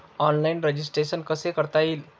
Online registration कसे करता येईल?